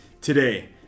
Today